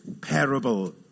parable